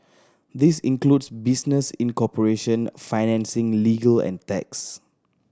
this includes business incorporation financing legal and tax